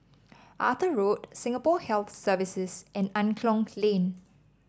Arthur Road Singapore Health Services and Angklong Lane